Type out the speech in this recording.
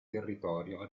territorio